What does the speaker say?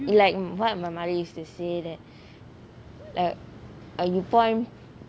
like what my mother used to say that like you point